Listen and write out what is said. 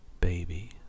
baby